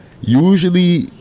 Usually